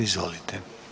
Izvolite.